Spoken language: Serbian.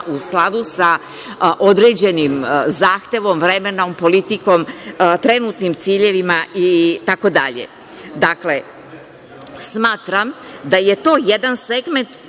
u skladu sa određenim zahtevom, vremenom, politikom, trenutnim ciljevima itd. Dakle,